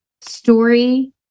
story